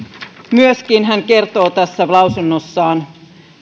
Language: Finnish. rimpelä kertoo lausunnossaan